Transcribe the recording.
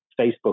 Facebook